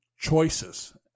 choices